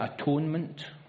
atonement